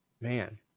man